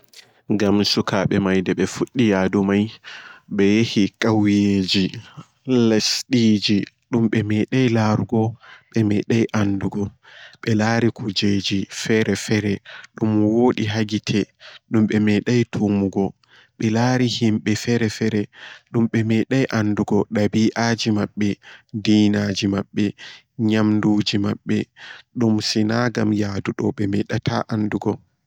Wodi dereke en pamaron bikkon pamaron ni ɓe dauridi be saaro maɓɓe dou ɓe yiɗi be canja nokkure dum ɓe woni ɓe yaha ha fere ɓe fudda ndedam kem ɓe fawi limes maɓɓe ɓe kufinege maɓɓe pat ɓe lowi ha akotiji ɓedo dilla wonugo ɓe tato nonno ɗo sei goto yesi laari saare nonno se goto man doggi nasti saare man saareka nda ha yaaso saare wonde pat beɗo bedo tamma saare ka wonde benasti chudi ɓe tawi amma wala komoi ha babal mai ɗo sirwi siriu nonno ɓe tammi ko ɓe nanan goɗɗo se ɓe doggi ɓe warti toh na ayi ɓe tammi ɓe yahan no ɓe canja ngedam maɓɓe dum saldori.